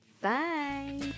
Bye